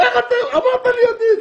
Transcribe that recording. סליחה אדוני,